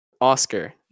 Oscar